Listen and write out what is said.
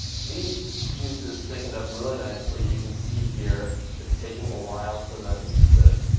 these juices thickened up really nicely. you can see here, it's taking a while for them to,